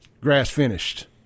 grass-finished